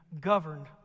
governed